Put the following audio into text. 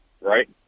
right